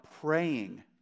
praying